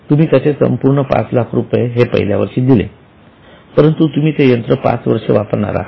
तुम्ही त्याचे संपूर्ण पाच लाख रुपये हे पहिल्या वर्षी दिले परंतु तुम्ही ते यंत्र पाच वर्षे वापरणार आहात